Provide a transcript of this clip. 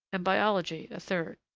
and biology a third.